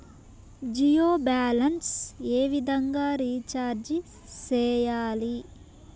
Jio balance ఏ విధంగా recharge సేయాలి?